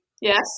Yes